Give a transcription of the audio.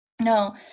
no